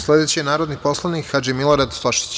Sledeći je narodni poslanik Hadži Milorad Stošić.